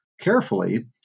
carefully